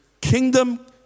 kingdom